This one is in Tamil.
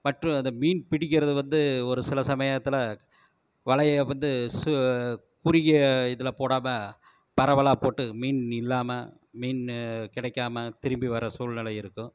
மற்றும் இந்த மீன் பிடிக்கிறது வந்து ஒருசில சமயத்தில் வலையை வந்து சு பிடிக்கிற இதில் போடாமல் பரவலாக போட்டு மீன் இல்லாமல் மீன் கிடைக்காமல் திரும்பி வர சூழ்நிலை இருக்கும்